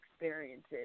experiences